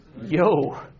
Yo